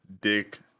dick